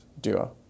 Duo